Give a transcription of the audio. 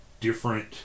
different